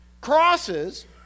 Crosses